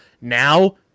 Now